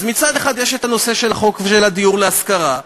אז מצד אחד יש הנושא של הדיור להשכרה,